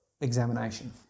examination